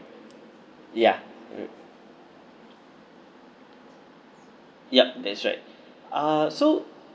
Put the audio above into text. yeah yup that's right uh so